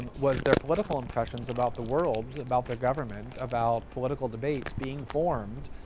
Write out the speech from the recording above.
and was their political impressions about the world, about their government, about political debates being formed,